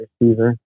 receiver